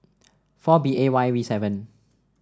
four B A Y V seven